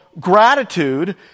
gratitude